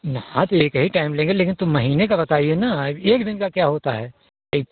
न हाँ तो एक ही टाइम लेंगे लेकिन तो महीने का बताइए न अब एक दिन का क्या होता है एक